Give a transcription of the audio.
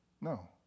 No